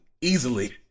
easily